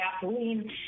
gasoline